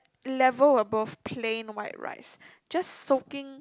level above plain white rice just soaking